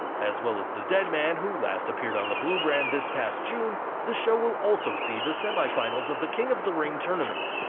as well as the deadman, who last appeared on the blue brand this past june, the show will also see the semi-finals of the king of the ring tournament,